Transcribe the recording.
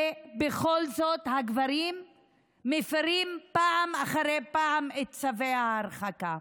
ובכל זאת הגברים מפירים פעם אחרי פעם את צווי ההרחקה.